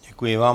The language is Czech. Děkuji vám.